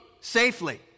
safely